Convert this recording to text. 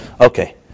Okay